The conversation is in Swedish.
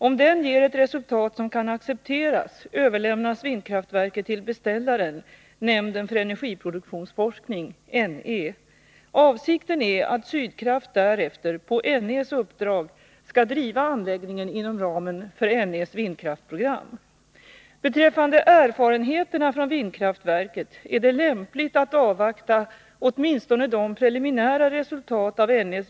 I rapporten från besiktningen framförs en förödande kritik mot verket, och kostsamma reparationer måste företas. Enligt planerna skulle verket ha varit i drift den 1 mars 1982, men hittills har det endast provkörts ett antal timmar. 1. Vid vilken tidpunkt kan vindkraftverket i Maglarp bedömas vara i reguljär drift? 2.